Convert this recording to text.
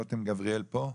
רותם גבריאל פה?